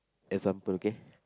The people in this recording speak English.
example okay